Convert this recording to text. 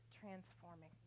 transforming